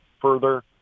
further